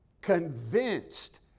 convinced